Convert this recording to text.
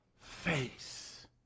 face